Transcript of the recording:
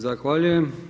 Zahvaljujem.